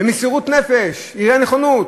במסירות נפש, הראתה נכונות,